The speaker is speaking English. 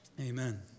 amen